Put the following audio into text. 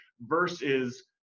versus